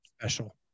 special